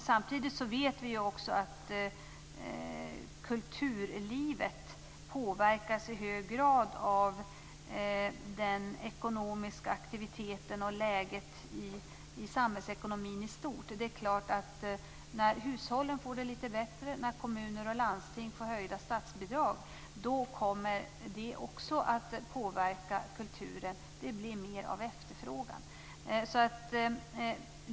Samtidigt vet vi också att kulturlivet i hög grad påverkas av den ekonomiska aktiviteten och läget i samhällsekonomin i stort. Det är klart att när hushållen får det litet bättre, och när kommuner och landsting får höjda statsbidrag, kommer det också att påverka kulturen. Det blir mer av efterfrågan.